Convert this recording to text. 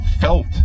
felt